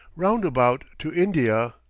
roundabout to india.